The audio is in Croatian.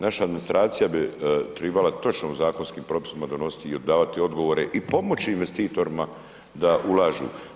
Naša administracija bi trebala točno u zakonskim propisima donositi i davati odgovore i pomoći investitorima da ulažu.